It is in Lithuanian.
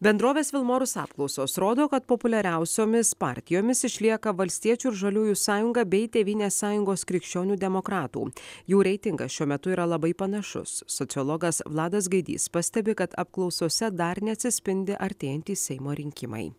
bendrovės vilmorus apklausos rodo kad populiariausiomis partijomis išlieka valstiečių ir žaliųjų sąjunga bei tėvynės sąjungos krikščionių demokratų jų reitingas šiuo metu yra labai panašus sociologas vladas gaidys pastebi kad apklausose dar neatsispindi artėjantys seimo rinkimai